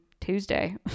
Tuesday